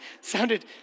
sounded